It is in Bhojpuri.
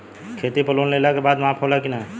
खेती पर लोन लेला के बाद माफ़ होला की ना?